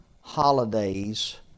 holidays